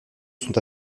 sont